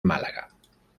málaga